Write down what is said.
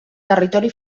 territori